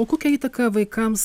o kokią įtaką vaikams